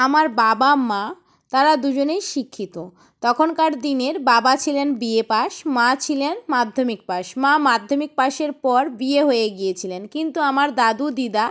আমার বাবা মা তারা দুজনেই শিক্ষিত তখনকার দিনের বাবা ছিলেন বিএ পাস মা ছিলেন মাধ্যমিক পাস মা মাধ্যমিক পাসের পর বিয়ে হয়ে গিয়েছিলেন কিন্তু আমার দাদু দিদা